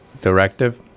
directive